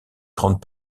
grandes